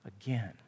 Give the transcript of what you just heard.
again